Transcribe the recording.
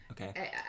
okay